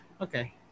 Okay